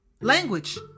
language